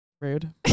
Rude